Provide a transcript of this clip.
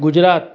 Gujarat